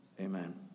Amen